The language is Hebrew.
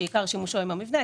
שעיקר שימושו עם המבנה,